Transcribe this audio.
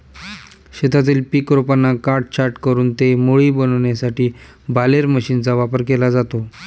शेतातील पीक रोपांना काटछाट करून ते मोळी बनविण्यासाठी बालेर मशीनचा वापर केला जातो